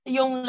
Yung